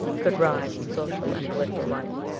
could rise in social and political life.